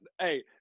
hey